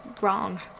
wrong